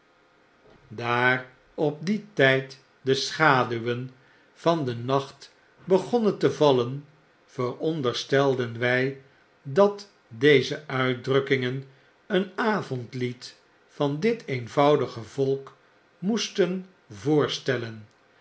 daar op dien tgd de schaduwen van den nacht begonnen te vallen veronderstelden wg dat deze uitdrukkingen een avondlied van dit eenvoudige volk moesten voorstellen